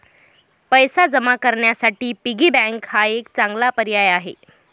पैसे जमा करण्यासाठी पिगी बँक हा एक चांगला पर्याय आहे